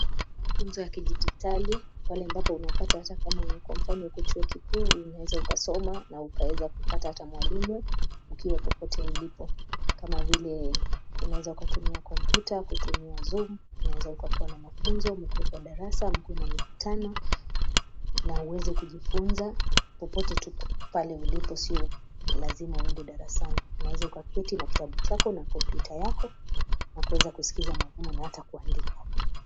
Mafunzo ya kidijitali pale ambapo unapata ata kwa mfano uko chuo kikuu unaeza ukasoma na uka eza kupata ata mwalimu ukiwa popote ulipo, kama vile una eza ukatumia kompyuta kutumia zoom, una eza kukuwa na mafunzo, mukuwe kwa darasa , mukuwe na mikutano na uweze kujifunza popote tu pale ulipo sio lazima uende darasani, unaeza ukaketi na kitabu chako na kompyuta yako na kuweza kuskiza mwalimu na ata kuandika.